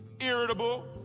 irritable